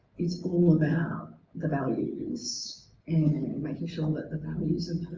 it's all about the values and making sure um that the values and